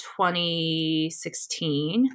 2016